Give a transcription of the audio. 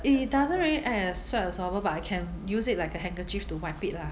it it doesn't really act as sweat absorber but I can use it like a handkerchief to wipe it lah